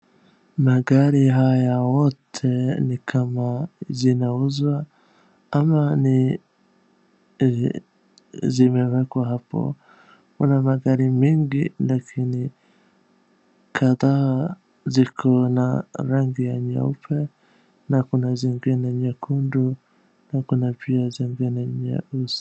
Magari haya wote ni kama zinauzwa ama ni zimewekwa hapo. Kuna magari mengi lakini kadhaa ziko na rangi ya nyeupe na kuna zingine nyekundu na kuna pia zingine nyeusi.